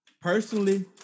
personally